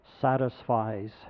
satisfies